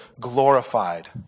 glorified